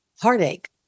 heartache